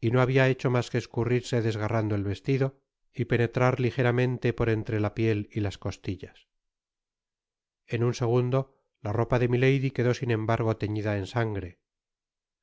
y no habia hecho mas que escurrirse desgarrando el vestido y penetrar ligeramente por entre la piel y las costillas en un segundo la ropa de milady quedó sin embargo teñida en sangre